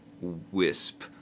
wisp